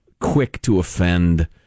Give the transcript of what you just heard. quick-to-offend